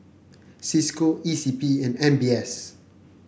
Cisco E C P and M B S